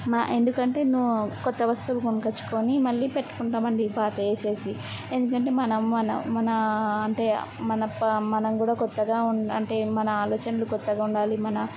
మా ఎందుకంటే నూ కొత్త వస్తువులు కొనకొచ్చుకోని మళ్ళీ పెట్టుకుంటామండి పాతవి వేసేసి ఎందుకంటే మనం మన మనా అంటే మన పా మనం కూడా కొత్తగా ఉం అంటే మన ఆలోచనలు కొత్తగా ఉండాలి మనా